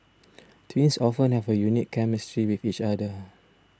twins often have a unique chemistry with each other